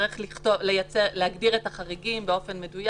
ונצטרך להגדיר את החריגים באופן מדויק